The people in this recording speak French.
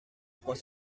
trois